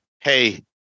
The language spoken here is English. Hey